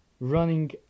running